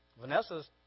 Vanessa's